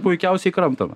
puikiausiai kramtoma